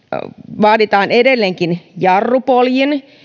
vaaditaan edelleen jarrupoljin